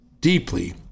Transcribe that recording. deeply